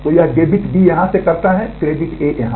तो यह debit B यहाँ करता है क्रेडिट A यहाँ